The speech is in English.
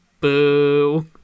Boo